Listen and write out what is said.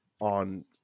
on